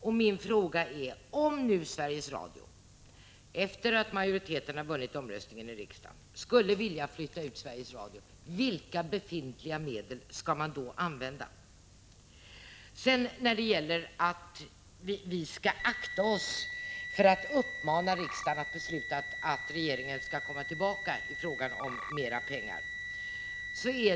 Jag vill ställa en konkret fråga: Om nu Sveriges Radio, efter det att majoriteten vunnit omröstningen i riksdagen, skulle vilja flytta ut Sveriges Radio, vilka befintliga medel skall man då använda? Catarina Rönnung sade att vi skall akta oss för att uppmana riksdagen att begära att regeringen kommer tillbaka i fråga om mera pengar.